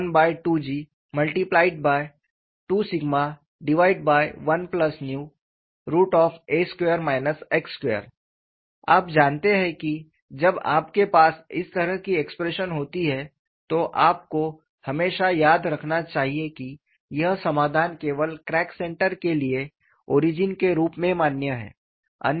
uy12G21a2 x2 आप जानते हैं कि जब आपके पास इस तरह की एक्सप्रेशन होती है तो आपको हमेशा याद रखना चाहिए कि यह समाधान केवल क्रैक सेंटर के लिए ओरिजिन के रूप में मान्य है